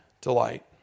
delight